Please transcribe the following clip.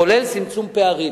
כולל צמצום פערים.